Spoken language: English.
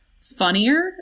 funnier